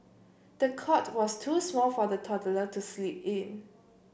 the cot was too small for the toddler to sleep in